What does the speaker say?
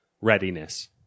Readiness